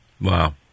Wow